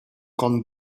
com